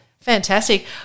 fantastic